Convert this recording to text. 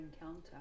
Encounter